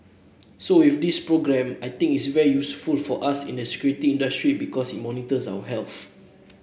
so with this programme I think it's very useful for us in the security industry because it monitors our health